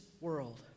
world